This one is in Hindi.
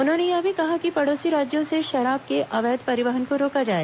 उन्होंने यह भी कहा कि पड़ोसी राज्यों से शराब के अवैध परिवहन को रोका जाए